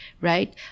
right